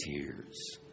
tears